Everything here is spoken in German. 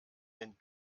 den